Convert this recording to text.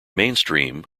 mainstream